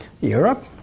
Europe